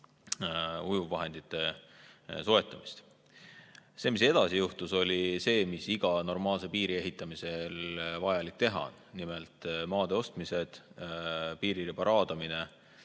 ujuvvahendite soetamist. See, mis edasi juhtus, oli see, mis iga normaalse piiri ehitamisel on vajalik teha, nimelt maade ostmine, piiririba raadamine,